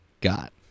got